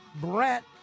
Brett